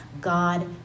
God